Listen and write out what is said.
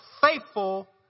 faithful